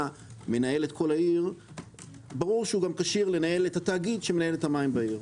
מנהל את כל העיר ברור שכשיר גם לנהל את התאגיד שמנהל את המים בעיר.